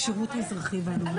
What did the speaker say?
הישיבה ננעלה